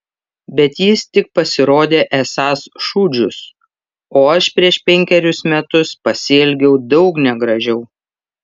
bet jis tik pasirodė esąs šūdžius o aš prieš penkerius metus pasielgiau daug negražiau